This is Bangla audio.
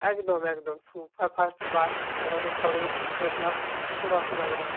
একদম একদম সুপার ফাস্ট বাস একবারে খড়গপুর টু গ্রাম কোনো অসুবিধা হবে না